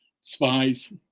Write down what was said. spies